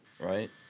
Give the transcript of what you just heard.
Right